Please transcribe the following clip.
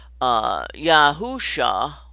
Yahusha